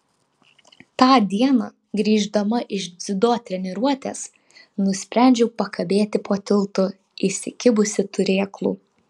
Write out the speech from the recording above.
tą dieną grįždama iš dziudo treniruotės nusprendžiau pakabėti po tiltu įsikibusi turėklų